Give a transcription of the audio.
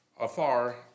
afar